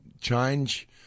change